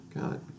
God